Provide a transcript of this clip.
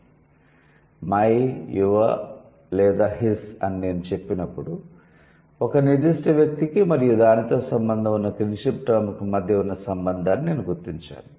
'my your లేదా his' అని నేను చెప్పినప్పుడు ఒక నిర్దిష్ట వ్యక్తికి మరియు దానితో సంబంధం ఉన్న కిన్షిప్ టర్మ్ కు మధ్య ఉన్న సంబంధాన్ని నేను గుర్తించాను